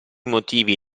motivi